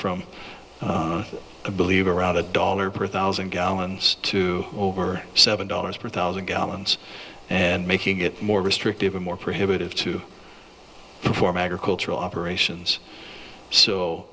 from a believe around a dollar per thousand gallons to over seven dollars per thousand gallons and making it more restrictive and more primitive to perform agricultural operations